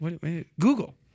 Google